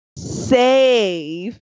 save